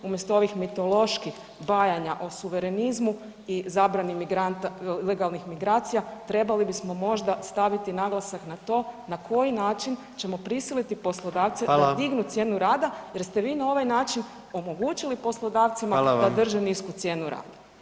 Umjesto ovih mitoloških bajanja o suverenizmu i zabrani legalnih migracija, trebali bismo možda staviti naglasak na to na koji način ćemo prisiliti poslodavce da [[Upadica: Hvala.]] dignu cijenu rada jer ste vi na ovaj način omogućili poslodavcima [[Upadica: Hvala vam.]] da drže nisku cijenu rada.